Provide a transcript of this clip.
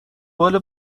بال